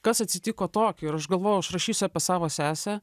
kas atsitiko tokio ir aš galvojau aš rašysiu apie savo sesę